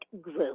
group